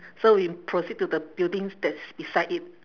so we proceed to the buildings that's beside it